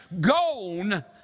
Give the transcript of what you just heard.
gone